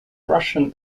russian